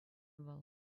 вӑл